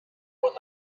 one